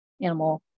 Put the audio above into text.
animal